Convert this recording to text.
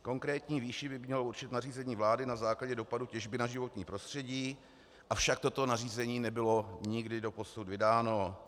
Konkrétní výši by mělo určit nařízení vlády na základě dopadu těžby na životní prostředí, avšak toto nařízení nebylo nikdy doposud vydáno.